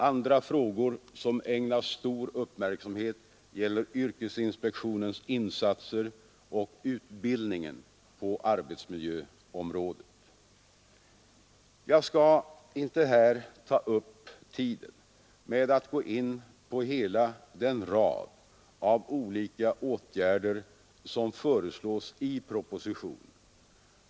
Andra frågor som ägnas stor uppmärksamhet gäller yrkesinspektionens insatser och utbildningen på arbetsmiljöområdet. Jag skall inte här ta upp tiden med att gå in på hela den rad av olika åtgärder som föreslås i propositionen.